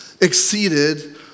exceeded